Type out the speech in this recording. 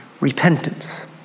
repentance